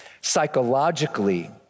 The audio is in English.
Psychologically